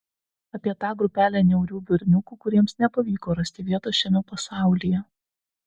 apie tą grupelę niaurių berniukų kuriems nepavyko rasti vietos šiame pasaulyje